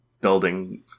building